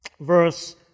verse